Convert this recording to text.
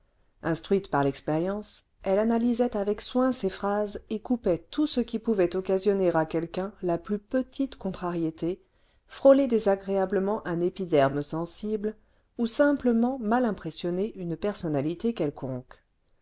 instruite par l'expérience elle anafysait avec soin ses phrases et coupait tout ce qui pouvait occasionner à quelqu'un la plus petite contrariété frôler désagréablement un épiderme seusible ou simplement mal impressionner une personnalité quelconque